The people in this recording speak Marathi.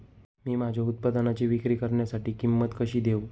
मी माझ्या उत्पादनाची विक्री करण्यासाठी किंमत कशी देऊ?